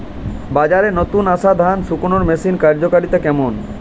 বাজারে নতুন আসা ধান শুকনোর মেশিনের কার্যকারিতা কেমন?